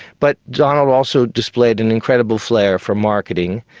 but donald also displayed an incredible flair for marketing,